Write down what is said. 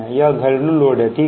ये घरेलू लोड है ठीक है